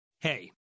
Hey